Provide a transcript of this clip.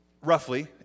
roughly